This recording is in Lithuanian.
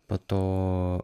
po to